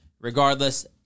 regardless